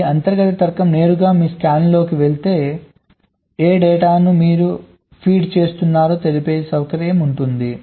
ఈ అంతర్గత తర్కం నేరుగా మీ స్కాన్లోకి వెళ్ళే ఏ డేటాను మీరు ఫీడ్ చేస్తున్నారో తెలిపే సౌకర్యం ఉంది